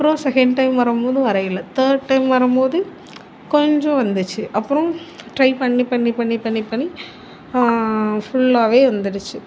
அப்புறோம் second time வரும் போது வரையள தேர்ட் டைம் வரும் போது கொஞ்சம் வந்துச்சி அப்புறோம் டிரை பண்ணி பண்ணி பண்ணி பண்ணி பண்ணி ஃபுல்லாவே வந்திடுச்சி